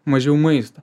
mažiau maisto